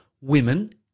women